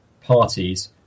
parties